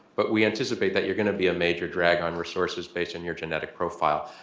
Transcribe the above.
but we anticipate that you're going to be a major drag on resources based on your genetic profile.